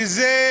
שזה